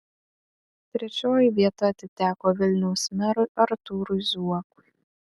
trečioji vieta atiteko vilniaus merui artūrui zuokui